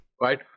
Right